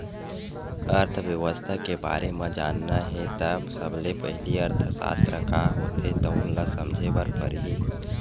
अर्थबेवस्था के बारे म जानना हे त सबले पहिली अर्थसास्त्र का होथे तउन ल समझे बर परही